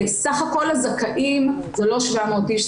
סך הכל הזכאים זה לא 700 איש,